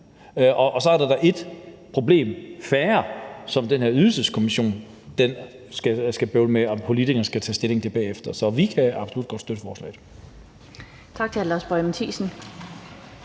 og så er der da et problem færre, som den her ydelseskommission skal bøvle med, og som politikerne skal tage stilling til bagefter. Så vi kan absolut godt støtte forslaget.